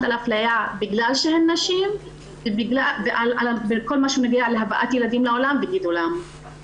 על אפליה בגלל שהן נשים וכל מה שנוגע להבאת ילדים לעולם וגידולם.